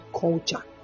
culture